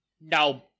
No